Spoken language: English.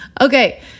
Okay